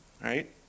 Right